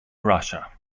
russia